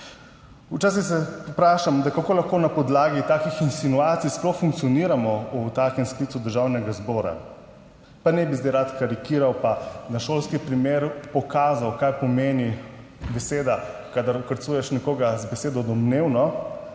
16.10** (nadaljevanje) na podlagi takih insinuacij sploh funkcioniramo v takem sklicu Državnega zbora, pa ne bi zdaj rad karikiral pa na šolski primer pokazal kaj pomeni beseda kadar vkrcuješ nekoga z besedo domnevno.